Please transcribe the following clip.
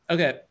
Okay